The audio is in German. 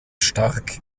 stark